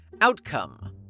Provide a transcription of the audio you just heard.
Outcome